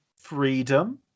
freedom